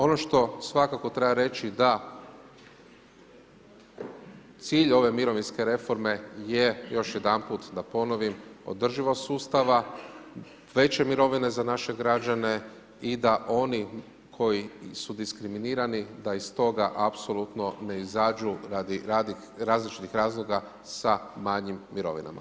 Ono što svakako treba reći da cilj ove mirovinske reforme je, još jedanput da ponovim, održivost sustava, veće mirovine za naše građane i da oni koji su diskriminirani, da iz toga apsolutno ne izađu radi različitih razloga sa manjim mirovinama.